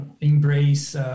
embrace